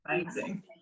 amazing